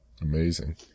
Amazing